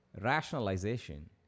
Rationalization